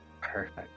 Perfect